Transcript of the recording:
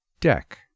Deck